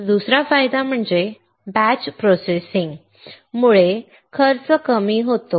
दुसरा फायदा म्हणजे बॅच प्रोसेसिंग मुळे खर्च कमी होतो